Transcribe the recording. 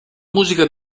musica